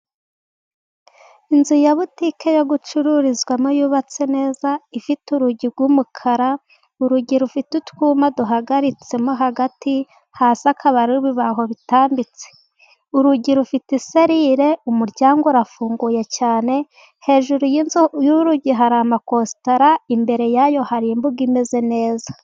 Inzu ya butike yo gucururizamo. Yubatse neza ifite urugi rw'umukara, urugi rufite utwuma duhagaritsemo hagati hasi akaba ari ibibaho bitambitse. Urugi rufite selire umuryango urafunguye cyane, hejuru y'urugi hari amakositara imbere yayo hari imbuga imeze neza.